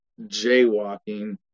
jaywalking